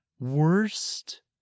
Worst